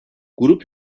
grup